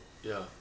ya